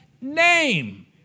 name